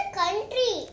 country